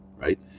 right